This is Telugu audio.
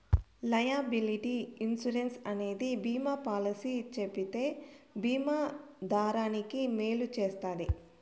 లైయబిలిటీ ఇన్సురెన్స్ అనేది బీమా పాలసీ చెబితే బీమా దారానికి మేలు చేస్తది